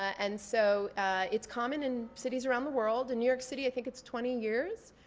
and so it's common in cities around the world. in new york city, i think it's twenty years.